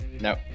No